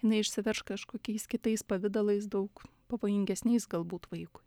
jinai išsiverš kažkokiais kitais pavidalais daug pavojingesniais galbūt vaikui